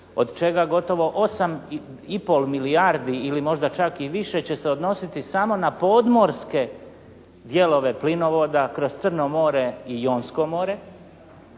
od čega gotovo 8,5 milijardi ili možda čak i više će se odnositi samo na podmorske dijelove plinovoda kroz Crno more i Jonsko more.